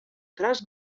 traç